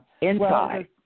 Inside